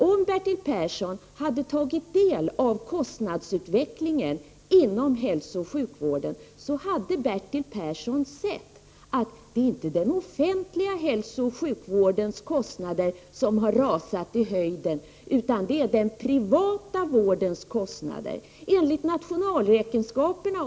Om Bertil Persson hade tagit del av uppgifterna kring kostnadsutvecklingen inom hälsooch sjukvården, så hade Bertil Persson sett att det inte är den offentliga hälsooch sjukvårdens kostnader som har rakat i höjden. Det är i stället kostnaderna för den privata vården.